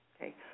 Okay